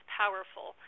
powerful